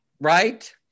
right